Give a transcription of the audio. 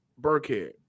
Burkhead